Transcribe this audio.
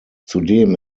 zudem